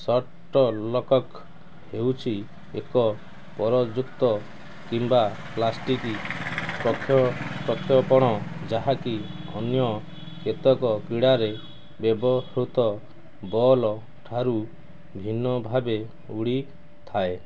shuttlecock ହେଉଛି ଏକ ପରଯୁକ୍ତ କିମ୍ବା ପ୍ଲାଷ୍ଟିକ୍ ପ୍ରକ୍ଷେପଣ ଯାହାକି ଅନ୍ୟ କେତେକ କ୍ରୀଡ଼ାରେ ବ୍ୟବହୃତ ବଲ୍ଠାରୁ ଭିନ୍ନ ଭାବେ ଉଡ଼ିଥାଏ